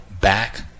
back